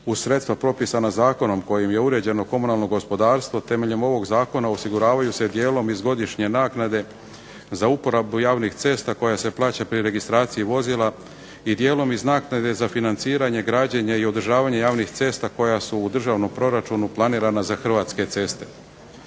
uz sredstva propisana zakonom kojim je uređeno komunalno gospodarstvo temeljem ovog zakona osiguravaju se dijelom iz godišnje naknade za uporabu javnih cesta koja se plaća pri registraciji vozila i dijelom iz naknade za financiranje građenje i održavanje javnih cesta koja su u državnom proračunu planirana za Hrvatske ceste.